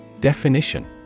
Definition